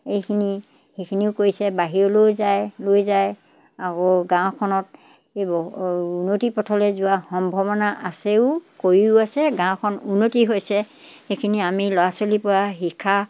এইখিনি সেইখিনিও কৰিছে বাহিৰলৈও যায় লৈ যায় আকৌ গাঁওখনত এইবোৰ উন্নতিৰ পথলৈ যোৱা সম্ভাৱনা আছেও কৰিও আছে গাঁওখন উন্নতি হৈছে সেইখিনি আমি ল'ৰা ছোৱালীৰ পৰা শিকা